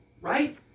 right